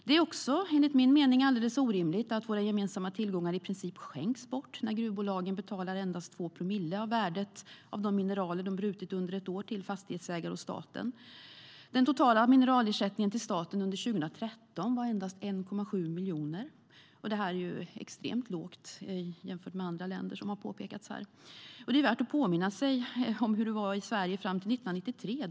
Det är också enligt min mening alldeles orimligt att våra gemensamma tillgångar i princip skänks bort när gruvbolagen betalar endast 2 promille av värdet av de mineraler de brutit under ett år till fastighetsägare och staten. Den totala mineralersättningen till staten under 2013 var endast 1,7 miljoner. Det är extremt lågt jämfört med andra länder, som har påpekats här. Det är värt att påminna sig om hur det var i Sverige fram till 1993.